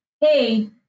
hey